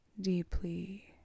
deeply